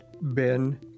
Ben